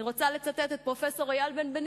אני רוצה לצטט את פרופסור איל בנבנישתי,